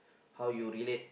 how you relate